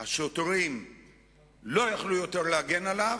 כשהשוטרים לא יכלו עוד להגן עליו,